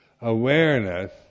awareness